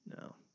no